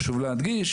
חשוב להדגיש